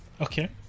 Okay